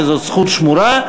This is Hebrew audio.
וזו זכות שמורה,